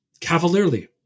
cavalierly